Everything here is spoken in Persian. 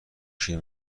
شیر